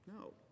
no